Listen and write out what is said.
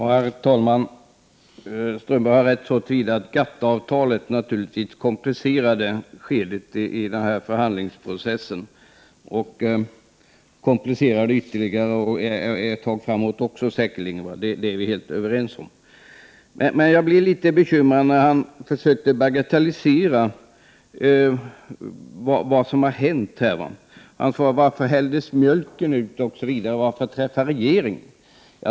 Herr talman! Håkan Strömberg har rätt så till vida att GATT-avtalet naturligtvis komplicerar förhandlingsprocessen ytterligare i det här skedet och säkerligen också ett tag framåt. Detta är vi helt överens om. Men jag blir bekymrad när Håkan Strömberg försöker bagatellisera vad som har hänt. Han frågade: Varför hälldes mjölken ut? Och varför träffa regeringen?